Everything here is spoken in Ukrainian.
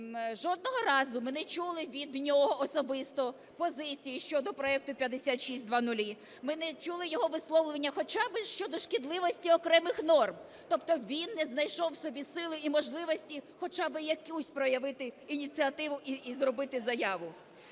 жодного разу ми не чули від нього особисто позиції щодо проекту 5600. Ми не чули його висловлювання хоча би щодо шкідливості окремих норм. Тобто він не знайшов в собі сили і можливості хоча би якусь проявити ініціативу і зробити заяву.